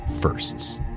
Firsts